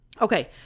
Okay